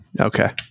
Okay